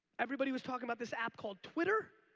everybody was talking about this app called twitter.